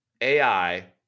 AI